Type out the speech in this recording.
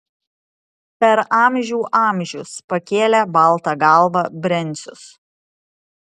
per amžių amžius pakėlė baltą galvą brencius